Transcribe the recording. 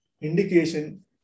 indication